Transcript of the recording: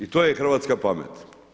I to je hrvatska pamet.